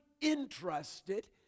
interested